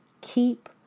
keep